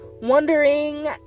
wondering